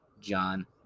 John